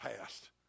past